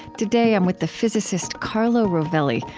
today, i'm with the physicist carlo rovelli,